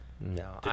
No